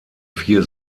vier